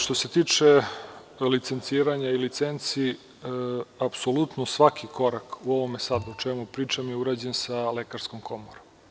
Što se tiče licenciranja i licenci, apsolutno svaki korak u ovome sada o čemu pričamo je urađen sa Lekarskom komorom.